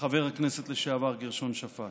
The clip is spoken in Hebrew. חבר הכנסת לשעבר גרשון שפט.